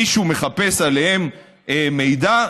מישהו מחפש עליהם מידע,